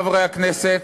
חברי הכנסת,